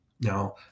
Now